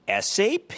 SAP